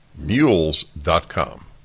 Mules.com